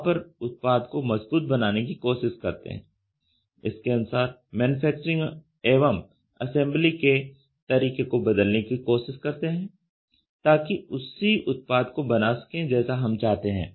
वहां पर उत्पाद को मजबूत बनाने की कोशिश करते हैं इसके अनुसार मैन्यूफैक्चरिंग एवं असेंबली के तरीके को बदलने की कोशिश करते हैं ताकि उसी उत्पाद को बना सकें जैसा हम चाहते हैं